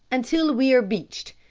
until we are beached.